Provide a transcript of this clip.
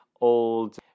old